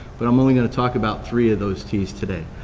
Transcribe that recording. but i'm only going to talk about three of those ts today.